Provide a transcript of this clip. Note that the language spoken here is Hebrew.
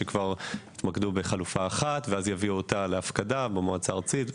שכבר התמקדו בחלופה אחת ויביאו אותה להפקדה במועצה הארצית.